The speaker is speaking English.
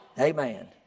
Amen